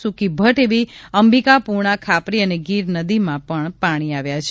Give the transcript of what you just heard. સુકી ભઠ એવી અંબિકા પૂર્ણા ખાપરી અને ગીરા નદીમાં પણ પાણી આવ્યા છે